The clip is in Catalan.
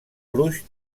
gruix